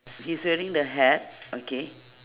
he's wearing the hat okay